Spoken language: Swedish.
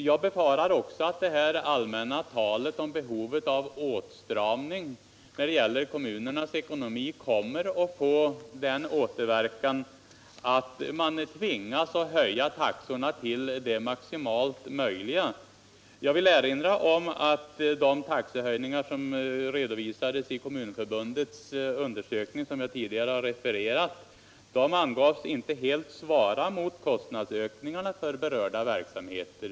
Jag befarar att det allmänna talet om behovet av åtstramning när det gäller kommunernas ekonomi kommer att få den återverkan att man tvingas höja taxorna till det maximalt möjliga. Jag vill erinra om att de taxehöjningar som redovisats i Kommunförbundets undersökning, som jag tidigare har refererat, angavs inte helt svara mot kostnadsökningarna för berörda verksamheter.